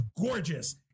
gorgeous